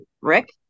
Rick